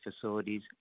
facilities